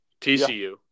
TCU